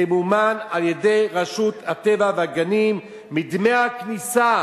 תמומן על-ידי רשות הטבע והגנים מדמי הכניסה